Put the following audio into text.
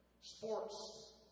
sports